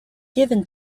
given